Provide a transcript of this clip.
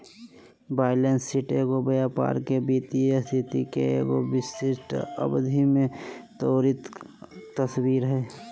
balance sheet एगो व्यापार के वित्तीय स्थिति के एगो विशिष्ट अवधि में त्वरित तस्वीर हइ